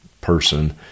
person